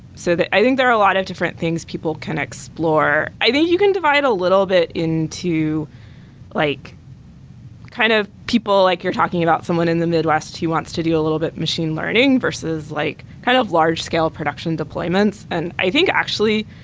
so i think there are a lot of different things people can explore. i think you can divide a little bit into like kind of people, like you're talking about someone in the midwest who wants to do a little bit machine learning versus like kind of large scale production deployments. and i think, actually,